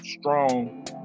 strong